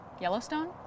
Yellowstone